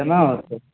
केना होयतै